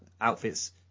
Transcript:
outfits